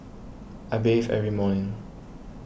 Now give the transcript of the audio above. I bathe every morning